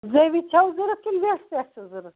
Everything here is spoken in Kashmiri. زٲوِج چھُو ضروٗرت کِنہٕ ویٚٹھ سیٚکھ چھو ضروٗرت